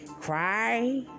cry